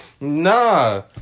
Nah